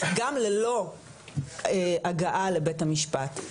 גם ללא הגעה לבית המשפט.